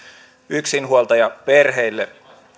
yksinhuoltajaperheille